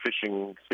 fishing